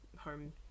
home